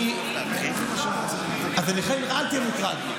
אני שואל אותך כי אני מוטרד,